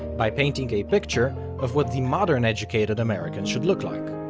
by painting a picture of what the modern educated american should look like.